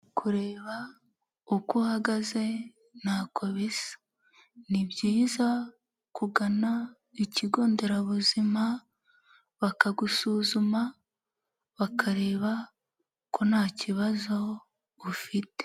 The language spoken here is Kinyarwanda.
Kureba uko uhagaze ntako bisa, ni byiza kugana ikigo nderabuzima, bakagusuzuma bakareba ko ntakibazo ufite.